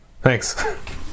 thanks